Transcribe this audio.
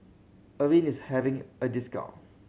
Avene is having a discount